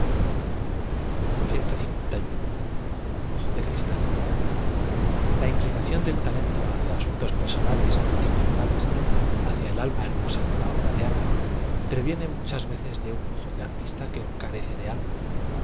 h o j o d cristal l a inclinación del talento hacia asuntos persona jes y motivos morales hacia el alm a hermosa de la obra de arte proviene muchas veces de un ojo de a r tista que carees de alm